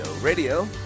Radio